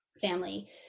family